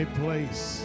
place